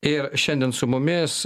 ir šiandien su mumis